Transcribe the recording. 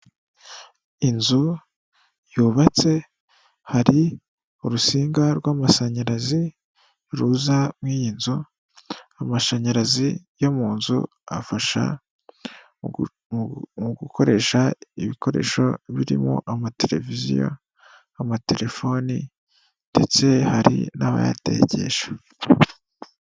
Inzu yubatse hari urusinga rw'amashanyarazi ruza mu iyi nzu, amashanyarazi yo mu nzu afasha mu gukoresha ibikoresho birimo amateleviziyo, amatelefoni ndetse hari n'abayatekesha.